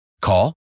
call